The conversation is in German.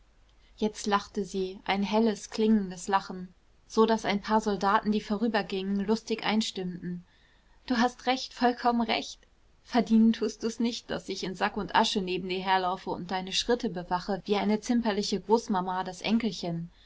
jetzt lachte sie ein helles klingendes lachen so daß ein paar soldaten die vorübergingen lustig einstimmten du hast recht vollkommen recht verdienen tust's nicht daß ich in sack und asche neben dir herlaufe und deine schritte bewache wie eine zimperliche großmama das enkelchen